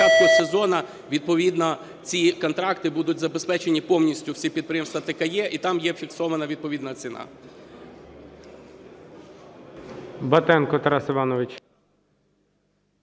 до початку сезону відповідно ці контракти будуть забезпечені повністю всі підприємства ТКЕ, і там є фіксована відповідна ціна.